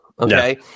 Okay